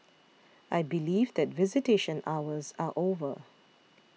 I believe that visitation hours are over